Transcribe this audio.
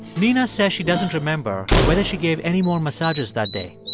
nina says she doesn't remember whether she gave any more massages that day.